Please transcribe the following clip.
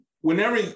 whenever